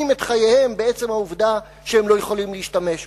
את חייהם בעצם העובדה שהם לא יכולים להשתמש בו.